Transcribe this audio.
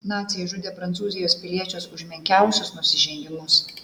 naciai žudė prancūzijos piliečius už menkiausius nusižengimus